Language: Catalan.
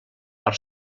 per